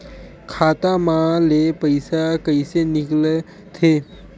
खाता मा ले पईसा कइसे निकल थे?